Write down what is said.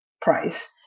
price